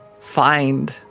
find